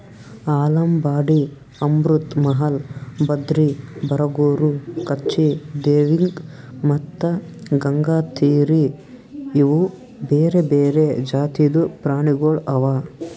ಆಲಂಬಾಡಿ, ಅಮೃತ್ ಮಹಲ್, ಬದ್ರಿ, ಬರಗೂರು, ಕಚ್ಚಿ, ದೇವ್ನಿ ಮತ್ತ ಗಂಗಾತೀರಿ ಇವು ಬೇರೆ ಬೇರೆ ಜಾತಿದು ಪ್ರಾಣಿಗೊಳ್ ಅವಾ